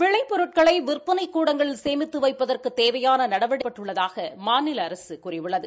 விளை பொருட்களை விற்பனைக் கூடங்களில் சேமித்து வைப்பதற்கு தேவையான நடவடிக்கைகள் எடுக்கப்பட்டுள்ளதாக மாநில அரசு கூறியுள்ளது